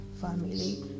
family